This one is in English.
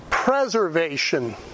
preservation